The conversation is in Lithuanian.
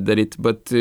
daryt bet